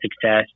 success